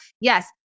Yes